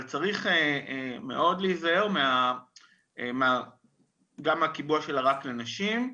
אבל צריך מאוד להיזהר גם מהקיבוע של רק לנשים.